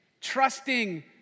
trusting